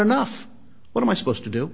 enough what am i supposed to do